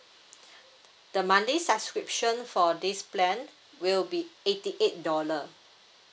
the monthly subscription for this plan will be eighty eight dollar